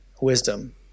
wisdom